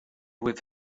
with